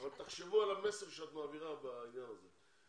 אבל תחשבו על המסר שאתם מעבירים בעניין הזה.